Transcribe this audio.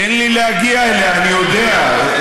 תן לי להגיע אליה, אני יודע.